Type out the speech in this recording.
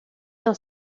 dans